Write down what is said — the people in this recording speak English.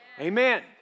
Amen